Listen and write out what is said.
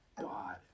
God